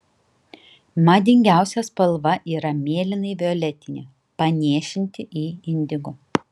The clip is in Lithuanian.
madingiausia spalva yra mėlynai violetinė panėšinti į indigo